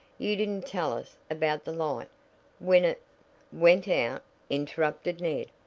you didn't tell us about the light. when it went out interrupted ned,